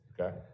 Okay